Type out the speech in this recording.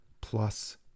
plus